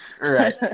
Right